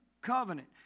covenant